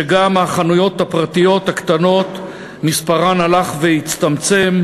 שגם החנויות הפרטיות הקטנות מספרן הלך והצטמצם,